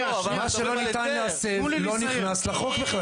אבל מה שלא ניתן להסב לא נכנס לחוק בכלל.